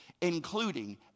including